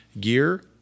gear